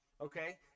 Okay